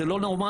זה לא נורמלי.